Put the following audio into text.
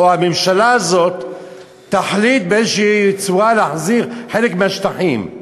הממשלה הזאת תחליט באיזושהי צורה להחזיר חלק מהשטחים,